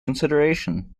consideration